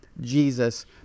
Jesus